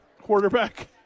quarterback